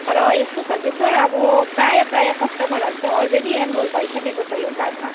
तर यस्तो छ कि सर अब प्रायः प्रायः कस्टमरहरू चाहिँ अलरेडी एनरोल भइसकेको छ यो प्लानमा